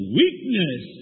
weakness